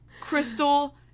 Crystal